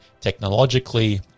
technologically